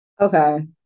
Okay